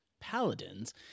paladins